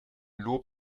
lob